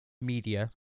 media